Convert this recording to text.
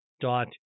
dot